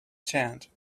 change